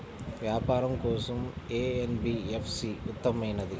వ్యాపారం కోసం ఏ ఎన్.బీ.ఎఫ్.సి ఉత్తమమైనది?